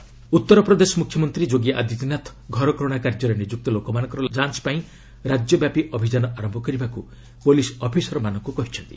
UP CM Uttar Pradesh ମୁଖ୍ୟମନ୍ତ୍ରୀ ଯୋଗୀ ଆଦିତ୍ୟନାଥ ଘରକରଣା କାର୍ଯ୍ୟରେ ନିଯୁକ୍ତ ଲୋକମାନଙ୍କର ଯାଞ୍ଚ ପାଇଁ ରାଜ୍ୟବ୍ୟାପୀ ଅଭିଯାନ ଆରମ୍ଭ କରିବାକୁ ପୁଲିସ୍ ଅଫିସରମାନଙ୍କୁ କହିଛନ୍ତି